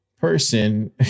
person